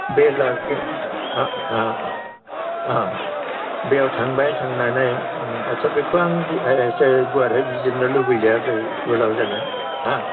बे last gate बेयाव थांबाय थांनानै आस्सा बेखौ आं बारा बिजिरनो लुबैयाखै गोलाव जागोन हा